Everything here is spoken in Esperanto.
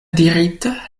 dirite